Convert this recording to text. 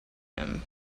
him